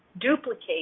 duplicate